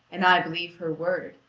and i believe her word,